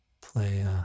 play